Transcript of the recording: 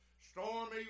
stormy